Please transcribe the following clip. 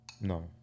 No